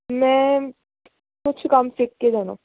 ਮੈਂ ਕੁਛ ਕੰਮ ਸਿੱਖ ਕੇ ਜਾਣਾ